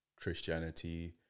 Christianity